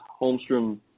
Holmstrom